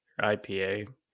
IPA